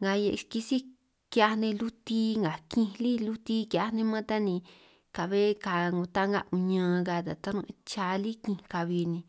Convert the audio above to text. nga kisíj ki'hiaj nej luti nga kinj lí luti ki'hiaj nej man ta ni, ka'be ka 'ngo ta'nga uñan ka ta taran' cha lí kinj ka'bi ni.